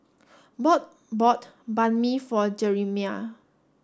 ball Bode bought Banh Mi for Jerimiah